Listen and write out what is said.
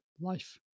life